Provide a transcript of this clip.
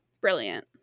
brilliant